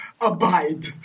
abide